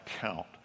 count